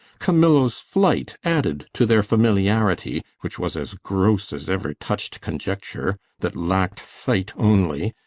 camillo's flight, added to their familiarity which was as gross as ever touch'd conjecture, that lack'd sight only,